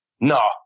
no